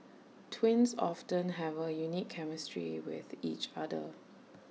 twins often have A unique chemistry with each other